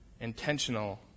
intentional